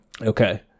okay